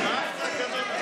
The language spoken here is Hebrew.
הממשלה,